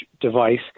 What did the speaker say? device